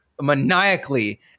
maniacally